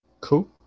Cool